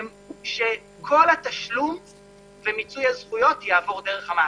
כל התשלום במיצוי הזכויות יעבור דרך המעסיק.